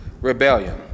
rebellion